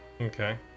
okay